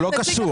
לא קשור,